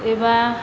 एबा